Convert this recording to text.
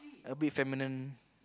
a bit feminine